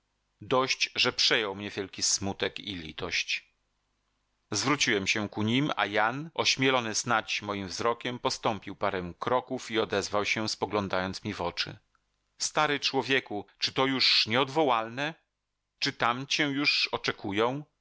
dość że przejął mnie wielki smutek i litość zwróciłem się ku nim a jan ośmielony snadź moim wzrokiem postąpił parę kroków i odezwał się spoglądając mi w oczy stary człowieku czy to już nieodwołalne czy tam cię już oczekują